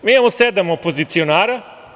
Mi imamo sedam opozicionara.